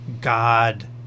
God